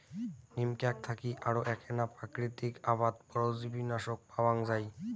নিম ক্যাক থাকি আরো এ্যাকনা প্রাকৃতিক আবাদ পরজীবীনাশক পাওয়াঙ যাই